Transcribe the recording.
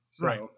Right